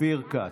אופיר כץ.